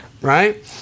Right